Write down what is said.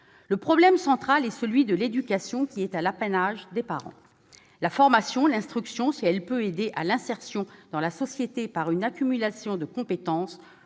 Le problème central est celui de l'éducation, qui est l'apanage des parents. La formation, l'instruction, si elles peuvent aider à l'insertion dans la société par une accumulation de compétences,